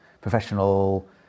professional